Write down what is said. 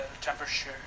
temperature